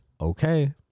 okay